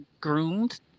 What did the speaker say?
groomed